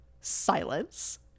silence